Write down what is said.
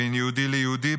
בין יהודי ליהודי,